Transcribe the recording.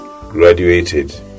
graduated